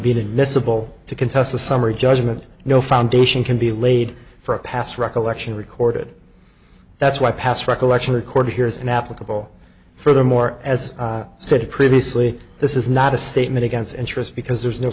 been admissible to contest a summary judgment no foundation can be laid for a pass recollection recorded that's why pass recollection recorded here is an applicable furthermore as i said previously this is not a statement against interest because there is no